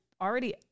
already